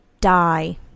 die